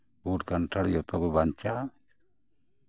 ᱩᱞ ᱠᱟᱱᱴᱷᱟᱲ ᱡᱚᱛᱚ ᱜᱮ ᱵᱟᱧᱪᱟᱜᱼᱟ